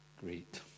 Great